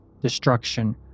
destruction